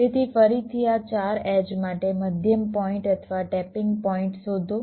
તેથી ફરીથી આ 4 એડ્જ માટે મધ્યમ પોઇન્ટ અથવા ટેપીંગ પોઇન્ટ શોધો